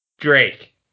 Drake